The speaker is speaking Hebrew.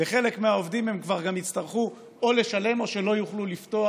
לחלק מהעובדים הן כבר יצטרכו או לשלם או שלא יוכלו לפתוח.